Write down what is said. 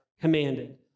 commanded